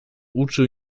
uczył